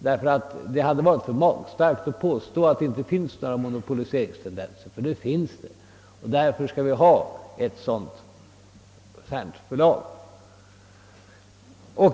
Det hade nämligen varit väl magstarkt att påstå, att det inte förekommer några monopoliseringstendenser, ty sådana förekommer. Därför skall vi också ha ett sådant här förlag.